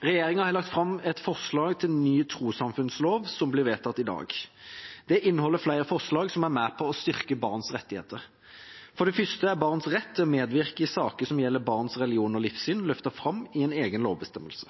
Regjeringa har lagt fram et forslag til ny trossamfunnslov, som blir vedtatt i dag. Det inneholder flere forslag som er med på å styrke barns rettigheter. For det første er barns rett til å medvirke i saker som gjelder barns religion og livssyn, løftet fram i en egen lovbestemmelse.